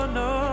no